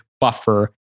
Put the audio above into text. buffer